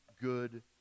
good